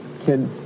kid